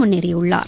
முன்னேறியுள்ளார்